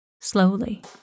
Slowly